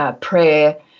prayer